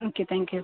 okay thank you